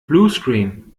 bluescreen